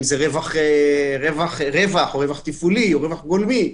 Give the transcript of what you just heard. אם זה רווח או רווח תפעולי או רווח גולמי,